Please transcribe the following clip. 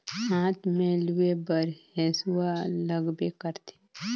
हाथ में लूए बर हेसुवा लगबे करथे